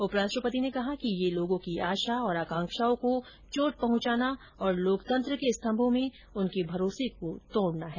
उपराष्ट्रपति ने कहा कि यह लोगों की आशा और आकाक्षाओं को चोट पहंचाना और लोकतंत्र के स्तम्भों में उनके भरोसे को तोड़ना है